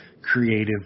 creative